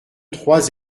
trois